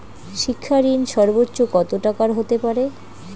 শিক্ষা ঋণ সর্বোচ্চ কত টাকার হতে পারে?